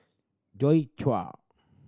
Joi Chua